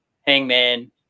Hangman